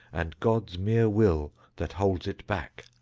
and god's mere will, that holds it back.